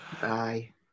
Bye